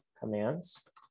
commands